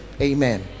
amen